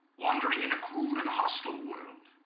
wandering in a cruel and hostile world.